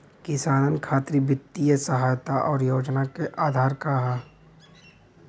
किसानन खातिर वित्तीय सहायता और योजना क आधार का ह?